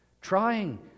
trying